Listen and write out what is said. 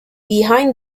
behind